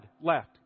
left